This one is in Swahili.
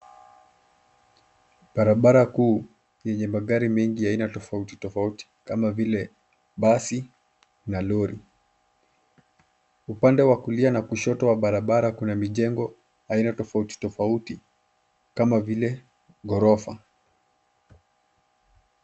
Barabara kuu yenye magari mengi ya aina tofauti tofauti, kama vile basi na lori. Upande wa kulia na kushoto wa barabara kuna mijengo aina tofauti tofauti kama vile ghorofa.